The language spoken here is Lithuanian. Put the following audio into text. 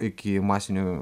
iki masinių